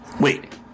wait